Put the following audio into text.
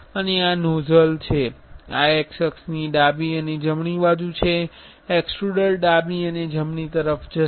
અને આ નોઝલ છે આ X અક્ષની ડાબી અને જમણી બાજુ છે એક્સ્ટ્રુડર ડાબી અને જમણી તરફ જશે